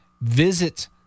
visit